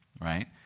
right